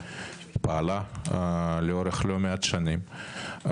פעלה לאורך לא מעט שנים,